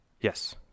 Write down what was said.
Yes